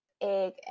egg